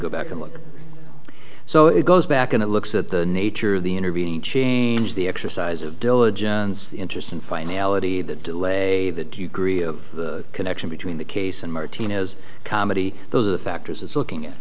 go back and look so it goes back and it looks at the nature of the intervening change the exercise of diligence the interest in finality the delay do you agree of the connection between the case and martina's comedy those are the factors it's looking at